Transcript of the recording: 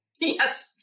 Yes